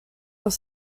dans